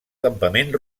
campament